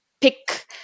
Pick